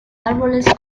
árboles